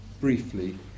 briefly